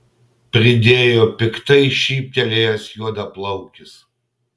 pridėjo piktai šyptelėjęs juodplaukis